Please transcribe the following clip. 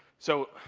so